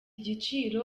giciro